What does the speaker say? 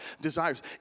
desires